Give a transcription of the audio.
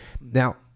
Now